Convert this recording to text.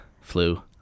flu